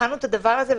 אנחנו בחנו את הדבר הזה,